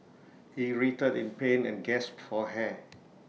he writhed in pain and gasped for air